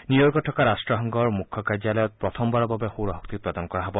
নিউয়ৰ্কত থকা ৰাট্টসংঘৰ মুখ্য কাৰ্যালয়ৰ প্ৰথমবাৰৰ বাবে সৌৰ শক্তি উৎপাদন কৰা হব